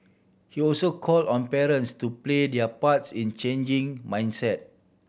he also call on parents to play their parts in changing mindset